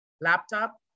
laptop